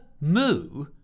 moo